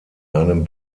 einem